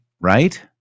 right